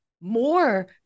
More